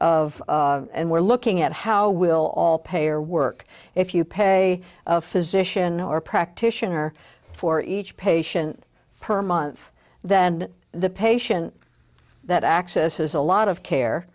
of and we're looking at how will all payer work if you pay a physician or a practitioner for each patient per month then the patient that access has a lot of